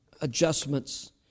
adjustments